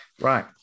Right